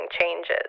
changes